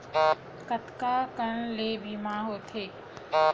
कतका कन ले बीमा होथे?